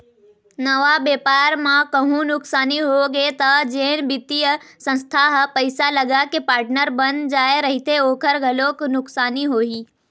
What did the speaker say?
नवा बेपार म कहूँ नुकसानी होगे त जेन बित्तीय संस्था ह पइसा लगाके पार्टनर बन जाय रहिथे ओखर घलोक नुकसानी होही